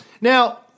Now